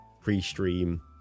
pre-stream